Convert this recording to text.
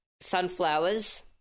sunflowers